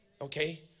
Okay